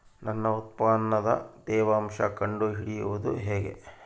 ನನ್ನ ಉತ್ಪನ್ನದ ತೇವಾಂಶ ಕಂಡು ಹಿಡಿಯುವುದು ಹೇಗೆ?